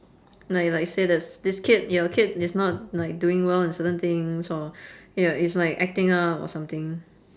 like like say s~ that this kid your kid is not like doing well in certain things or ya is like acting up or something